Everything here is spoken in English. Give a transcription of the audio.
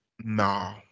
No